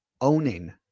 owning